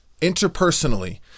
Interpersonally